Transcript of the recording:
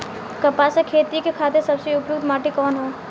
कपास क खेती के खातिर सबसे उपयुक्त माटी कवन ह?